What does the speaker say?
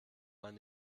man